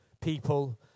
people –